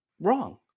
wrong